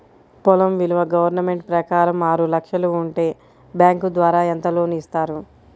పొలం విలువ గవర్నమెంట్ ప్రకారం ఆరు లక్షలు ఉంటే బ్యాంకు ద్వారా ఎంత లోన్ ఇస్తారు?